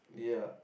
yeah